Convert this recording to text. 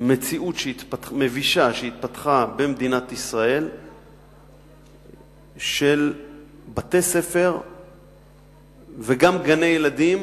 מציאות מבישה שהתפתחה במדינת ישראל של בתי-ספר וגם גני-ילדים